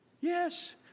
Yes